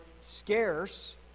scarce